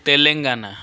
Telangana